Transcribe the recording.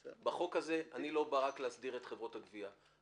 בחוק הזה אני לא בא להסדיר רק את חברות הגבייה.